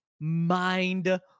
mind